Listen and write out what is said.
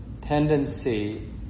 tendency